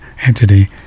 entity